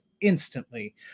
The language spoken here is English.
instantly